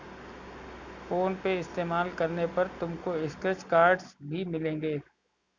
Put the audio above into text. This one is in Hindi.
फोन पे इस्तेमाल करने पर तुमको स्क्रैच कार्ड्स भी मिलेंगे